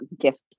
gift